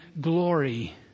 glory